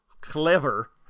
clever